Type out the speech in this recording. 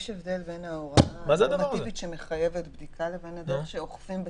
יש הבדל בין ההוראה הנורמטיבית שמחייבת בדיקה לבין הדרך שאוכפים.